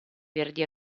verdi